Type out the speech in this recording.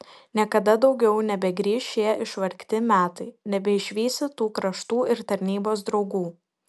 niekada daugiau nebegrįš šie išvargti metai nebeišvysi tų kraštų ir tarnybos draugų